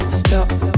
stop